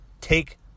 Take